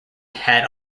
had